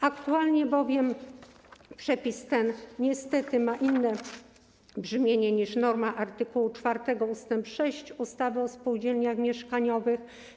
Aktualnie bowiem przepis ten niestety ma inne brzmienie niż norma art. 4 ust. 6 ustawy o spółdzielniach mieszkaniowych.